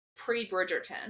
pre-bridgerton